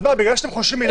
לא מבין את זה.